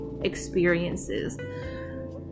experiences